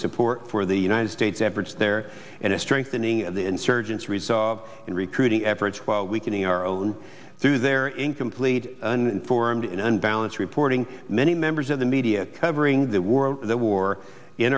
support for the united states efforts there and a strengthening of the insurgents resolve in recruiting efforts while weakening our own through there in complete uninformed in unbalanced reporting many members of the media covering the war the war in